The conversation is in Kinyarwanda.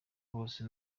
bose